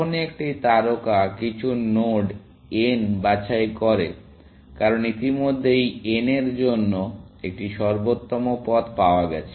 যখনই একটি তারকা কিছু নোড n বাছাই করে কারণ ইতিমধ্যেই n এর জন্য একটি সর্বোত্তম পথ পাওয়া গেছে